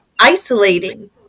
isolating